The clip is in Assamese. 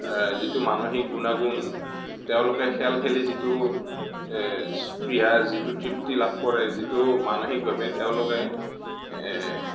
যিটো মানসিক গুণাগুণ তেওঁলোকে খেল খেলি যিটো স্পৃহা যিটো তৃপ্তি লাভ কৰে যিটো মানসিকভাৱে তেওঁলোকে